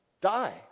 die